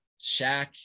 Shaq